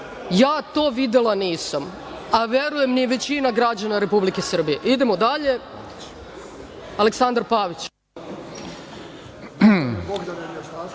Ja to videla nisam, a verujem ni većina građana Republike Srbije. Idemo dalje, reč ima Aleksandar Pavić.